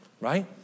right